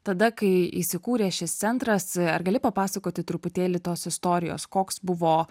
tada kai įsikūrė šis centras ar gali papasakoti truputėlį tos istorijos koks buvo